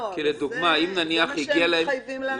זה מה שהם מתחייבים לעשות.